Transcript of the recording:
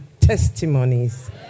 testimonies